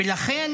ולכן